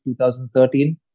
2013